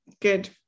good